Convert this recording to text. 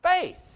Faith